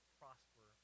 prosper